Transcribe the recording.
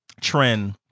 Trend